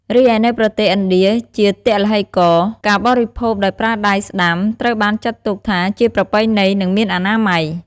រីឯនៅប្រទេសឥណ្ឌាជាទឡ្ហីករណ៍ ការបរិភោគដោយប្រើដៃស្តាំត្រូវបានចាត់ទុកថាជាប្រពៃណី និងមានអនាម័យ។